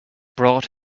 brought